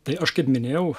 tai aš kaip minėjau